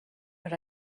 but